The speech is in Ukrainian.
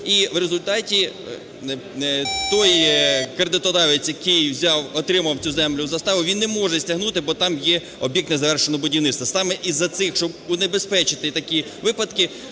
і в результаті той кредитодавець, який взяв, отримав цю землю в заставу, він не може стягнути, бо там є об'єкт незавершеного будівництва. Саме із-за цих, щоб унебезпечити такі випадки,